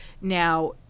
Now